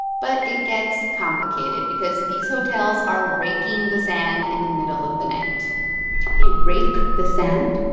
but it gets complicated because these hotels are raking the sand in the middle of the night they rake the sand?